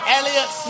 Elliot